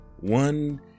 one